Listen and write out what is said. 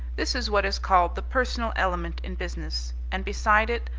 this is what is called the personal element in business and, beside it,